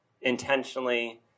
intentionally